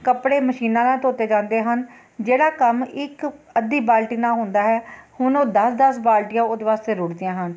ਕੱਪੜੇ ਮਸ਼ੀਨਾਂ ਨਾਲ ਧੋਤੇ ਜਾਂਦੇ ਹਨ ਜਿਹੜਾ ਕੰਮ ਇੱਕ ਅੱਧੀ ਬਾਲਟੀ ਨਾਲ ਹੁੰਦਾ ਹੈ ਹੁਣ ਉਹ ਦਸ ਦਸ ਬਾਲਟੀਆਂ ਉਹਦੇ ਵਾਸਤੇ ਰੁੜਦੀਆਂ ਹਨ